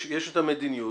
יש את המדיניות,